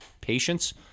patience